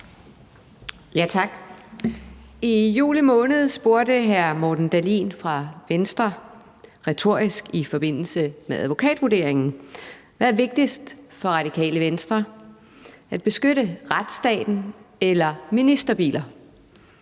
Tak. I juli måned spurgte hr. Morten Dahlin fra Venstre retorisk i forbindelse med advokatvurderingen: Hvad er vigtigst for Radikale Venstre – at beskytte retsstaten eller ministerbiler?